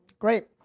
great.